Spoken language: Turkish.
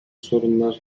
sorunlar